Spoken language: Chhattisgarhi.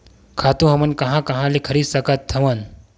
खातु हमन कहां कहा ले खरीद सकत हवन?